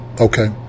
Okay